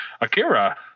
Akira